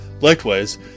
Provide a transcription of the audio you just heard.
likewise